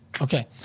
Okay